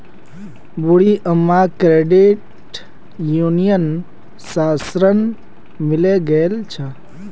बूढ़ी अम्माक credit union स ऋण मिले गेल छ